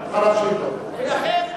ולכן,